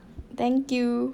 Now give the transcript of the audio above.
thank you